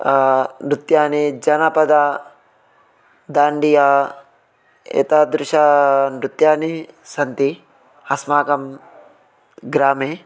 नृत्यानि जनपद दाण्डिया एतादृश नृत्यानि सन्ति अस्माकं ग्रामे